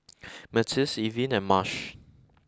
Myrtis Irvine and Marsh